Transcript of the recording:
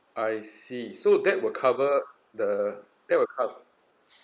I see so that will cover the that will cover